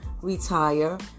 retire